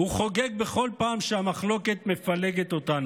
הוא חוגג בכל פעם שהמחלוקת מפלגת אותנו,